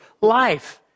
life